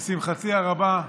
לשמחתי הרבה,